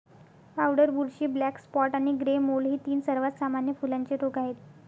powder बुरशी, black spot आणि grey mould हे तीन सर्वात सामान्य फुलांचे रोग आहेत